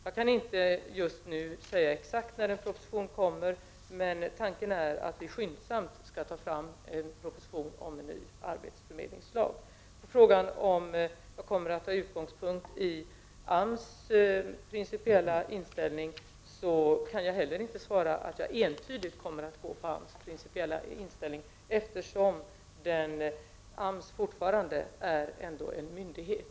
Jag kan inte just nu säga exakt när en proposition om en ny arbetsförmedlingslag kommer, men tanken är att den skall tas fram skyndsamt. På frågan om jag kommer att ta AMS principiella inställning som utgångspunkt kan jag inte entydigt svara att jag kommer att göra det, eftersom AMS fortfarande är en myndighet.